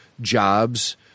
jobs